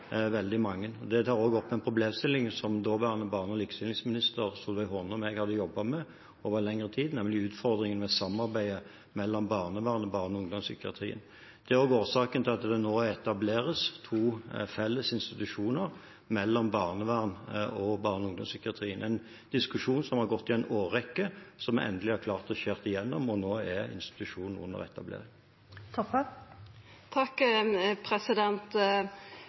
en problemstilling som daværende barne- og likestillingsminister Solveig Horne og jeg jobbet med over lengre tid, nemlig utfordringen med samarbeidet mellom barnevernet og barne- og ungdomspsykiatrien. Det er også årsaken til at det nå etableres to felles institusjoner mellom barnevernet og barne- og ungdomspsykiatrien. Dette har vært en diskusjon i en årrekke, der vi endelig har klart å skjære igjennom, og nå er institusjonen under